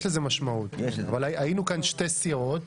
היינו שתי סיעות,